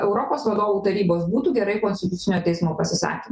europos vadovų tarybos būtų gerai konstitucinio teismo pasisakymai